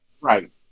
Right